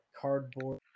cardboard